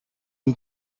une